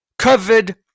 COVID